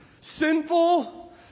sinful